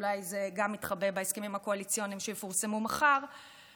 אולי זה גם יתחבא בהסכמים הקואליציוניים שיפורסמו מחר,